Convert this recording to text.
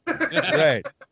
Right